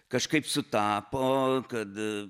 kažkaip sutapo kad